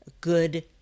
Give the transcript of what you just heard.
good